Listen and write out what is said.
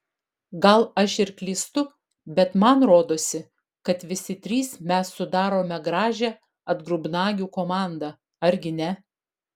gal aš ir klystu bet man rodosi kad visi trys mes sudarome gražią atgrubnagių komandą argi ne